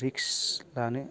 risk लानो